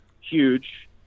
Huge